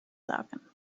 sagen